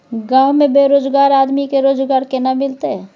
गांव में बेरोजगार आदमी के रोजगार केना मिलते?